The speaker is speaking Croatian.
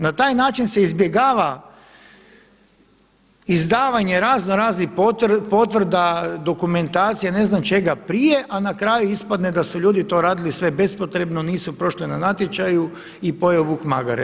Na taj način se izbjegava izdavanje razno raznih potvrda, dokumentacija, ne znam čega prije, a na kraju ispadne da su ljudi to radili sve bespotrebno, nisu prošli na natječaju i pojeo vuk magare.